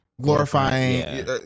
glorifying